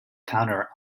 counter